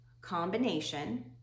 combination